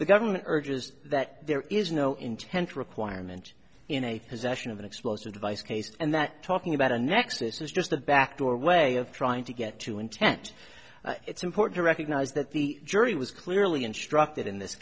the government urges that there is no intent requirement in a possession of an explosive device case and that talking about a nexus is just a back door way of trying to get to intent it's important to recognize that the jury was clearly instructed in this